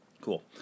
Cool